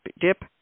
dip